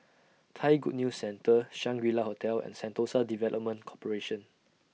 Thai Good News Centre Shangri La Hotel and Sentosa Development Corporation